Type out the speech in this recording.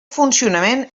funcionament